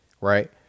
right